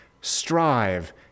Strive